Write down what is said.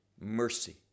mercy